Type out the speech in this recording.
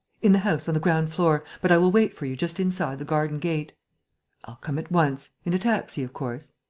in the house, on the ground-floor. but i will wait for you just inside the garden-gate. i'll come at once. in a taxi, of course?